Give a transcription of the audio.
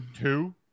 two